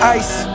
ice